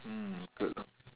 mm good lor